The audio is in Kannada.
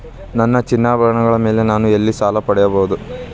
ನನ್ನ ಚಿನ್ನಾಭರಣಗಳ ಮೇಲೆ ನಾನು ಎಲ್ಲಿ ಸಾಲ ಪಡೆಯಬಹುದು?